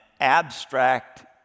abstract